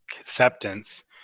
acceptance